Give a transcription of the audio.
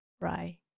right